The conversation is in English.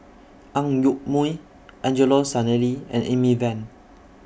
Ang Yoke Mooi Angelo Sanelli and Amy Van